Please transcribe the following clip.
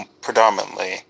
predominantly